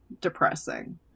depressing